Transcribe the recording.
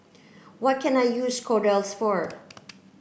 what can I use Kordel's for